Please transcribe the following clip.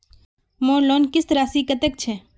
मोर लोन किस्त राशि कतेक छे?